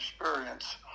experience